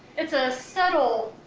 it's a subtle,